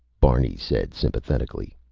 barney said sympathetically.